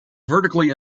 vertically